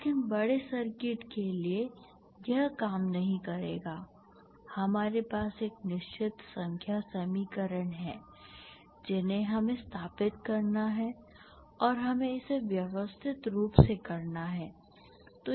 लेकिन बड़े सर्किट के लिए यह काम नहीं करेगा हमारे पास एक निश्चित संख्या समीकरण हैं जिन्हें हमें स्थापित करना है और हमें इसे व्यवस्थित रूप से करना है